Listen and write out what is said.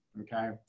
okay